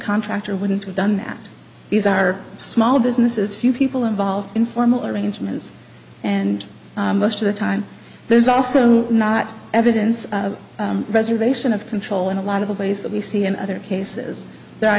contractor wouldn't have done that these are small businesses few people involved in formal arrangements and most of the time there's also not evidence of preservation of control and a lot of a place that we see in other cases there are